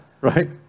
right